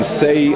say